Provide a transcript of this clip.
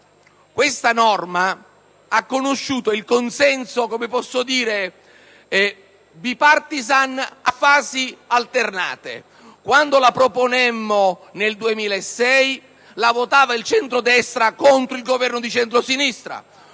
Questa norma ha conosciuto il consenso bipartisan a fasi alternate: quando la proponemmo nel 2006, la votava il centrodestra contro il Governo di centrosinistra,